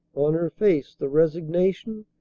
on her face the resignation,